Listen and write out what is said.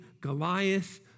Goliath